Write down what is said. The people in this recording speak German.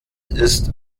ist